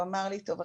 הוא אמר לי "..טוב,